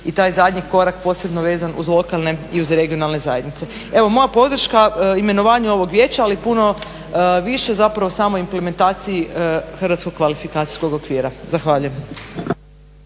i taj zadnji korak posebno vezan uz lokalne i uz regionalne zajednice. Evo moja podrška imenovanju ovog vijeća, ali puno više zapravo samoj implementaciji hrvatskog kvalifikacijskog okvira. Zahvaljujem.